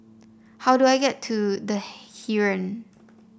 how do I get to The Heeren